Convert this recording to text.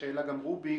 שהעלה אותה גם רוביק,